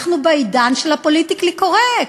אנחנו בעידן של הפוליטיקלי-קורקט,